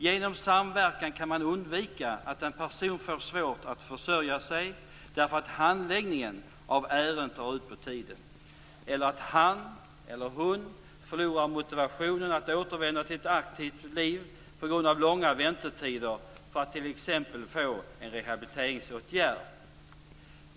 Genom samverkan kan man undvika att en person får svårt att försörja sig för att handläggningen av ärendet drar ut på tiden eller att han eller hon förlorar motivationen att återvända till ett aktivt liv på grund av långa väntetider för att t.ex. få en rehabiliteringsåtgärd.